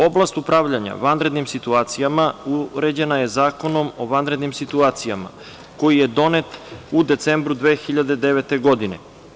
Oblast upravljanja vanrednim situacijama uređena je Zakonom o vanrednim situacijama, koji je donet u decembru 2009. godine.